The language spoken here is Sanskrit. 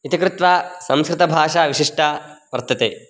इति कृत्वा संस्कृतभाषा विशिष्टा वर्तते